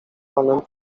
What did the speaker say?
panem